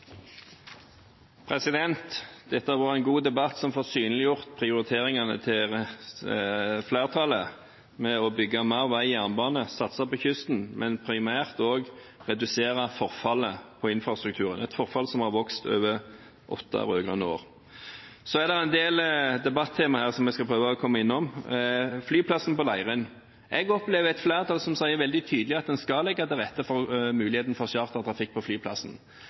Dette har vært en god debatt som har synliggjort prioriteringene til flertallet til å bygge mer vei og jernbane, satse på kysten, men primært også redusere forfallet på infrastrukturen – et forfall som har vokst over åtte rød-grønne år. Så er det en del debattemaer som jeg skal prøve å komme innom. Flyplassen på Leirin: Jeg opplever et flertall som sier veldig tydelig at en skal legge til rette for muligheten for chartertrafikk på flyplassen.